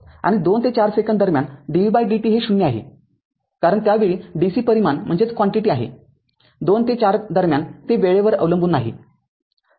आणि २ ते ४ सेकंद दरम्यान dvtdt हे ० आहे कारण त्यावेळी dc परिमाण आहे २ ते ४ दरम्यान ते वेळेवर अवलंबून नाही